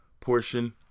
portion